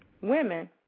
women